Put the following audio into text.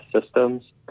systems